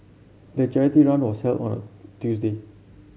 the charity run was held on a Tuesday